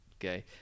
okay